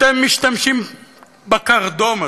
אתם משתמשים בקרדום הזה,